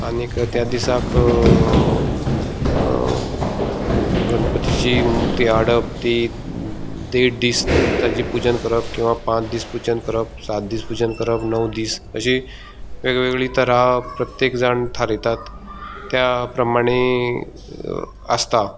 आनीक त्या दिसाक गणपतीची मुर्ती हाडप ती देड दीस ताचे पुजन करप किंवा पांच दीस पुजन करप सात दीस पुजन करप णव दीस अशी वेगवेगळी तरा प्रत्येक जाण थारयतात त्या प्रमाणें आसता